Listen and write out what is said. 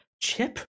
Chip